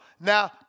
Now